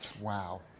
Wow